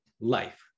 life